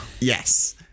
Yes